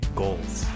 goals